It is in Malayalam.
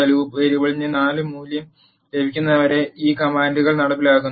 ലൂപ്പ് വേരിയബിളിന് 4 മൂല്യം ലഭിക്കുന്നതുവരെ ഈ കമാൻഡുകൾ നടപ്പിലാക്കുന്നു